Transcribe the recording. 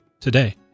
today